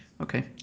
Okay